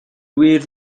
wir